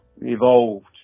evolved